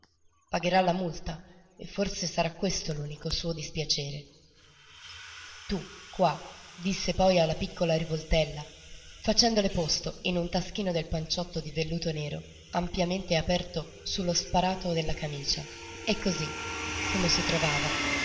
pagherà la multa e forse sarà questo l'unico suo dispiacere tu qua disse poi alla piccola rivoltella facendole posto in un taschino del panciotto di velluto nero ampiamente aperto su lo sparato della camicia e cosí come si trovava